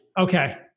Okay